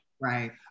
Right